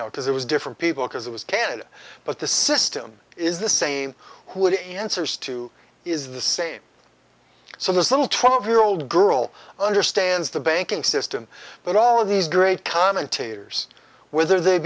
because it was different people because it was canada but the system is the same who it answers to is the same so this little twelve year old girl understands the banking system but all of these great commentators whether they